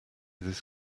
this